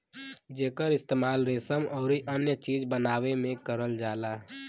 जेकर इस्तेमाल रेसम आउर अन्य चीज बनावे में करल जाला